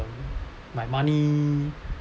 my money